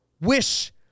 wish